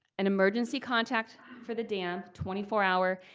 an emergency contact for the dam, twenty four hour,